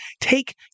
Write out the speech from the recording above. take